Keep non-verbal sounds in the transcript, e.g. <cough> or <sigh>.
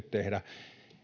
<unintelligible> tehdä